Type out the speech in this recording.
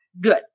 good